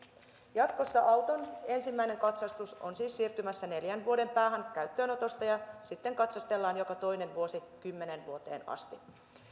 jatkossa auton ensimmäinen katsastus on siis siirtymässä neljän vuoden päähän käyttöönotosta ja sitten katsastellaan joka toinen vuosi kymmenen vuoteen asti